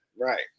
Right